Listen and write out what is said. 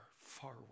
far